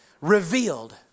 revealed